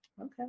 Okay